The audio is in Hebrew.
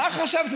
מה חשבת,